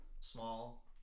small